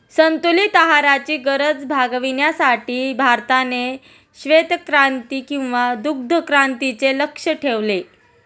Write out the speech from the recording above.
संतुलित आहाराची गरज भागविण्यासाठी भारताने श्वेतक्रांती किंवा दुग्धक्रांतीचे लक्ष्य ठेवले